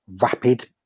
rapid